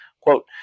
Quote